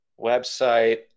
website